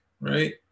right